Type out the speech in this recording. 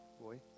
boy